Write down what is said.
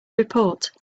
report